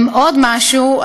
עוד משהו.